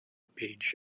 page